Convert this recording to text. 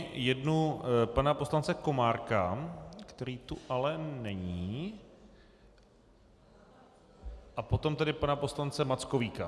Jednu pana poslance Komárka, který tu ale není, a potom pana poslance Mackovíka.